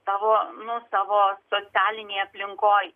savo nu savo socialinėj aplinkoj